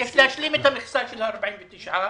יש להשלים את המכסה של 49,